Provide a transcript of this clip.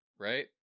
right